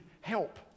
help